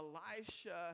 Elisha